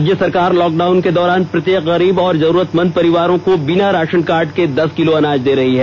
राज्य सरकार लॉकडाउन के दौरान प्रत्येक गरीब और जरूरतमंद परिवार को बिना राशन कार्ड के दस किलो अनाज दे रही है